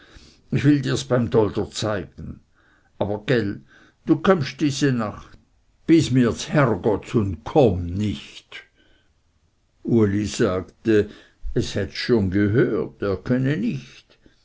ich will dirs bim dolder zeige aber gell du kömmst diese nacht bis mir ds hergetts und komm nicht uli sagte es hätts schon gehört er könne nicht